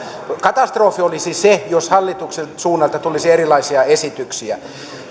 katastrofi olisi se jos hallituksen suunnalta tulisi erilaisia esityksiä